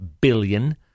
billion